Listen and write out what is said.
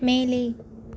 மேலே